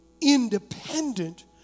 independent